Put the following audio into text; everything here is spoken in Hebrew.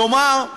כלומר,